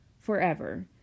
forever